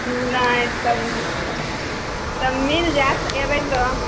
नहि तब तब मिल जायत एबै तऽ